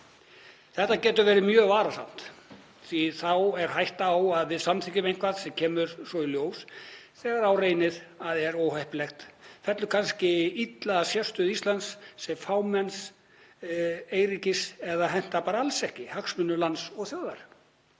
Þetta getur verið mjög varasamt því að þá er hætta á að við samþykkjum eitthvað sem kemur svo í ljós þegar á reynir að er óheppilegt, fellur kannski illa að sérstöðu Íslands sem fámenns eyríkis eða hentar bara alls ekki hagsmunum lands og þjóðar.